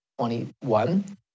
21